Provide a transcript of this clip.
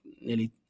nearly